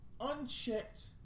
unchecked